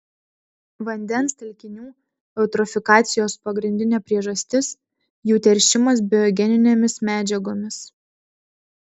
vandens telkinių eutrofikacijos pagrindinė priežastis jų teršimas biogeninėmis medžiagomis